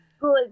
Good